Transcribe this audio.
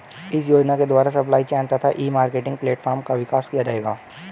इस योजना के द्वारा सप्लाई चेन तथा ई मार्केटिंग प्लेटफार्म का विकास किया जाएगा